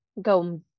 go